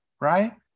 right